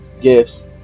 gifts